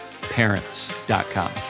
parents.com